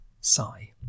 Sigh